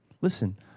Listen